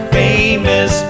famous